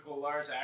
Lars